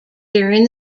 during